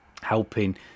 helping